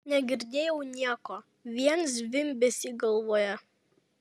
negirdėjau nieko vien zvimbesį galvoje